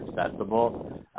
accessible